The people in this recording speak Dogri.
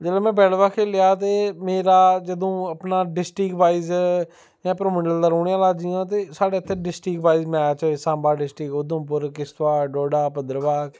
जिसलै में बैट बॉल खेल्लेआ ते मेरा जदूं अपना डिस्ट्रिक बॉईज़ में परमंडल दा रौह्ने आह्लां जि'यां ते साढ़ै इत्थै district boys match Samba district Udhampur Kishtwar Doda Bhaderwah